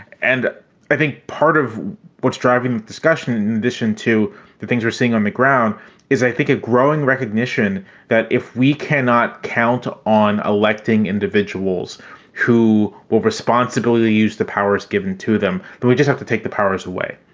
and i think part of what's driving the discussion, in addition to the things we're seeing on the ground is, i think, a growing recognition that if we cannot count on electing individuals who will responsibility to use the powers given to them, that but we just have to take the powers away,